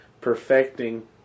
perfecting